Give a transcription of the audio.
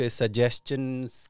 suggestions